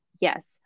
Yes